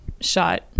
shot